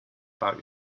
about